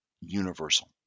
universal